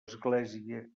església